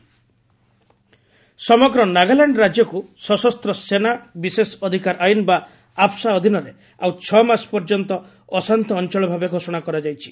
Nagaland AFSPA ସମଗ୍ର ନାଗାଲାଣ୍ଡ ରାଜ୍ୟକୁ ସଶସ୍ତ ସେନା ବିଶେଷ ଅଧିକାର ଆଇନ ବା ଆଫ୍ସ୍କା ଅଧୀନରେ ଆଉ ଛଅମାସ ପର୍ଯ୍ୟନ୍ତ ଅଶାନ୍ତ ଅଞ୍ଚଳ ଭାବେ ଘୋଷଣା କରାଯାଇଛି